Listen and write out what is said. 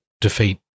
defeat